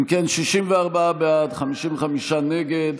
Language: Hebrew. אם כן, 64 בעד, 55 נגד.